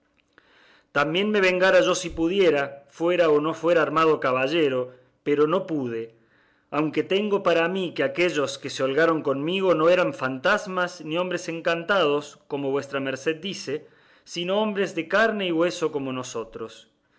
me vengara yo si pudiera fuera o no fuera armado caballero pero no pude aunque tengo para mí que aquellos que se holgaron conmigo no eran fantasmas ni hombres encantados como vuestra merced dice sino hombres de carne y hueso como nosotros